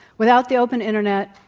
without the open internet,